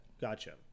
Gotcha